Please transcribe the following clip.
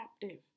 captive